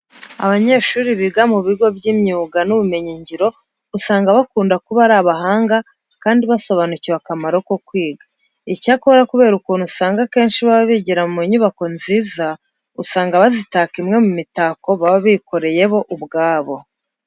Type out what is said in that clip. Abanyeshuri biga mu bigo by'imyuga n'ubumenyingiro usanga bakunda kuba ari abahanga kandi basobanukiwe akamaro ko kwiga. Icyakora kubera ukuntu usanga akenshi baba bigira mu nyubako nziza, usanga bazitaka imwe mu mitako baba bikoreye bo ubwabo.